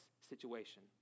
situation